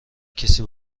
کسی